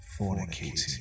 fornicating